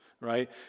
Right